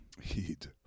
Heat